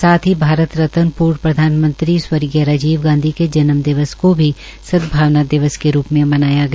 साथ ही भारत रत्न पूर्व प्रधानमंत्री राजीव गांधी के जन्म दिवस को भी सदभावन दिवस के रूप में मनाया गया